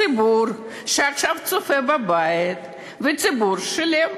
הציבור שעכשיו צופה בבית, והציבור שילם.